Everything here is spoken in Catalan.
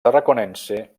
tarraconense